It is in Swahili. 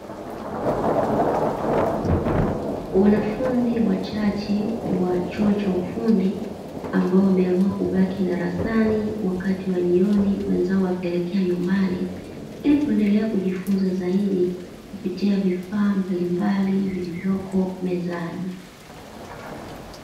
Wanafunzi wachache wa chuo cha ufundi ambao wameamua kubaki darasani wakati wa jioni wenzao wakielekea nyumbani, ili kuendela kujifunza zaidi kupitia vifaa mbalimbali vilivyoko mezani.